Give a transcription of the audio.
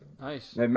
Nice